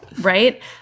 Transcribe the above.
right